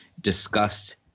discussed